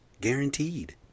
guaranteed